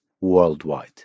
worldwide